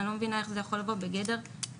אני לא מבינה איך זה יכול לבוא בגדר פריבילגיה.